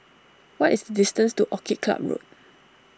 what is the distance to Orchid Club Road